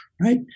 Right